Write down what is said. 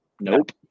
Nope